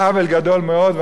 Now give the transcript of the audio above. ואנחנו צריכים להתנגד לו.